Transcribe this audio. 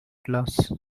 class